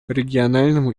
региональному